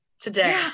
today